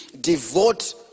devote